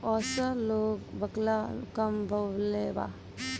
असो लोग बकला कम बोअलेबा